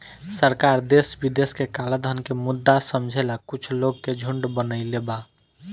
सरकार देश विदेश के कलाधन के मुद्दा समझेला कुछ लोग के झुंड बनईले बा